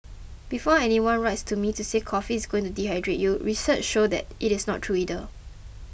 before anyone writes to me to say coffee is going to dehydrate you research shows that it is not true either